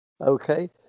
Okay